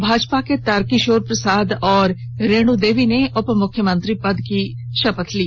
भाजपा के तारकिशोर प्रसाद और रेणु देवी ने उप मुख्यमंत्री पद की शपथ ली